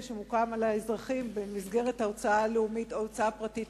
שמוטל על האזרחים במסגרת ההוצאה הלאומית או ההוצאה הפרטית